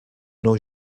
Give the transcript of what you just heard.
nou